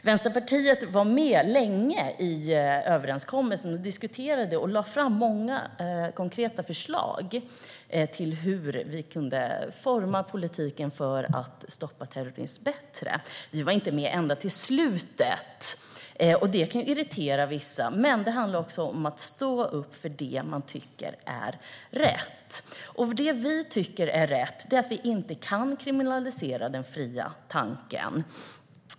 Vänsterpartiet var med länge i överenskommelsen, diskuterade och lade fram många konkreta förslag till hur man kunde utforma politiken för att bättre stoppa terrorism. Vi var inte med ända till slutet, och det kanske irriterar vissa, men det handlar också om att stå upp för det som man tycker är rätt. Det vi tycker är rätt är att vi inte kan kriminalisera den fria tanken.